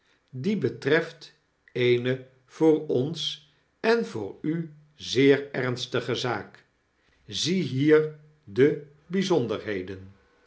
die betreft eene voor ons en voor uzeer ernstige zaak ziehier de byzonderheden